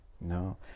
No